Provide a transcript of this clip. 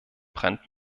brennt